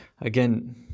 again